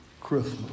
Christmas